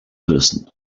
person